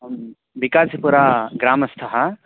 अहं बिकासपुराग्रामस्थः